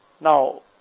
Now